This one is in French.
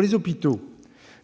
les hôpitaux,